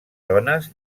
dones